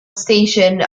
station